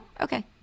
Okay